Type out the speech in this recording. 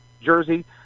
jersey